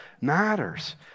matters